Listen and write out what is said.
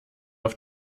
auf